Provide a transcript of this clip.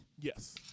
Yes